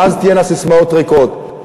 ואז תהיינה ססמאות ריקות.